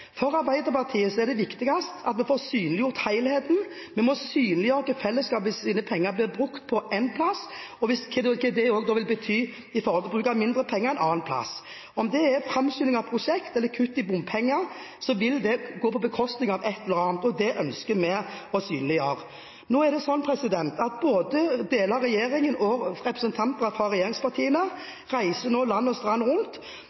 For Arbeiderpartiet er det viktigst at vi får synliggjort helheten. Vi må synliggjøre hva det vil bety å bruke fellesskapets penger på én plass, i forhold til å bruke mindre penger en annen plass. Om dette dreier seg om framskynding av prosjekter, eller kutt i bompenger, så vil det gå på bekostning av et eller annet, og det ønsker vi å synliggjøre. Deler av regjeringen og representanter fra regjeringspartiene reiser nå land og